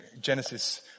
Genesis